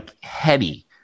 heady